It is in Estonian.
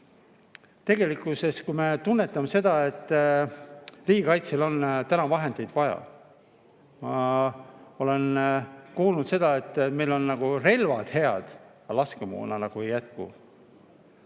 Tegelikkuses, kui me tunnetame seda, et riigikaitsel on täna vahendeid vaja, ma olen kuulnud seda, et meil on relvad head, aga laskemoona ei jätku.